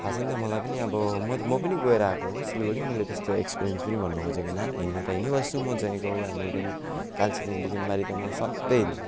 थाहा छन् त मलाई पनि अब म म पनि गएर आएको हो सिलगढी मैले त्यस्तो एक्सपिरिन्स पनि भन्नु खोजेको होइन हिँड्नु त हिँड्नु बस्छु म जयगाउँ हेमिल्टन कालचिनी बुकिमबारी त म सधैँ हिँड्छु